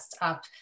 up